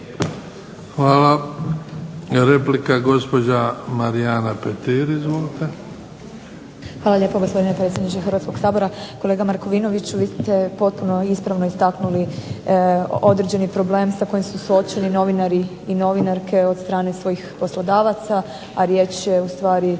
Hvala. Replika gospođa Marijana Petir. Izvolite. **Petir, Marijana (HSS)** Hvala lijepo gospodine predsjedniče Hrvatskog sabora. Kolega Markovinoviću vi ste potpuno ispravno istaknuli određeni problem sa kojim su suočeni novinari i novinarke od strane svojih poslodavaca, a riječ je u stvari